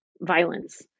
violence